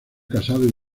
casado